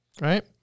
Right